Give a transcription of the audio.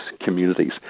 communities